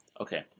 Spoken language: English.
okay